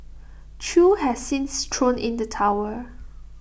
chew has since thrown in the towel